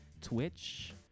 Twitch